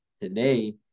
today